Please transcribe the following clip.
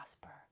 prosper